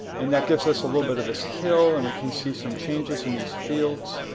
and that gives us a little bit of this hill, and we can see some changes in these fields.